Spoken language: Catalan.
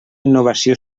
innovació